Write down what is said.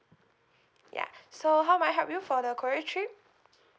ya so how may I help you for the korea trip